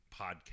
podcast